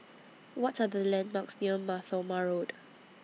What Are The landmarks near Mar Thoma Road